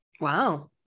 wow